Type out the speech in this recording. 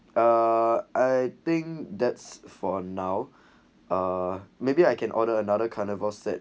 uh I think that's for now ah maybe I can order another carnival set